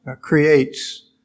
creates